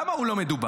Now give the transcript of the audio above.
למה הוא לא מדובר?